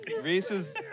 Reese's